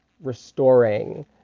restoring